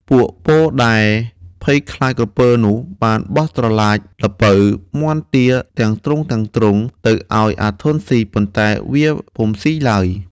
ពួកពលដែលភ័យខ្លាចក្រពើនោះ បានបោះត្រឡាច ល្ពៅ មាន់ ទា ទាំងទ្រុងៗ ទៅឲ្យអាធន់ស៊ី ប៉ុន្តែវាពុំស៊ីឡើយ។